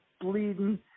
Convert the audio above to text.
bleeding